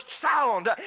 sound